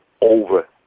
over